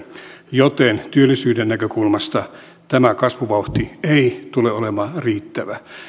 joten työllisyyden näkökulmasta tämä kasvuvauhti ei tule olemaan riittävä